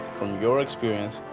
from your experience.